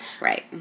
Right